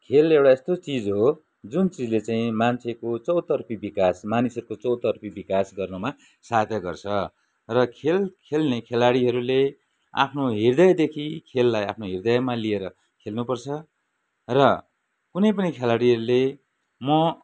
खेल एउडा यस्तो चिज हो जुन चिजले चाहिँ मान्छेको चौतर्फी विकास मानिसहरूको चौतर्फी विकास गर्नमा सहायता गर्छ र खेल खेल्ने खेलाडीहरूले आफ्नो हृदयदेखि खेललाई आफ्नो हृदयमा लिएर खेल्नुपर्छ र कुनै पनि खेलाडीहरूले म